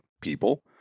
people